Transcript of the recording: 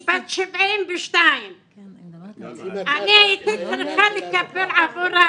היא בת 72. אני הייתי צריכה לקבל עבורה,